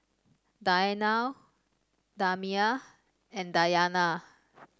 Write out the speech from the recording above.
Danial Damia and Dayana